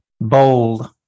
Bold